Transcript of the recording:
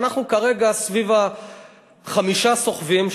ואנחנו כרגע סביב החמישה סוחבים,